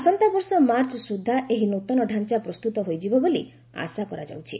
ଆସନ୍ତା ବର୍ଷ ମାର୍ଚ୍ଚ ସୁଦ୍ଧା ଏହି ନୃତନ ଢାଞ୍ଚା ପ୍ରସ୍ତୁତ ହୋଇଯିବ ବୋଲି ଆଶା କରାଯାଉଛି